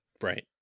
Right